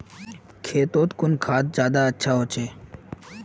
खेतोत कुन खाद ज्यादा अच्छा होचे?